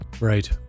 Right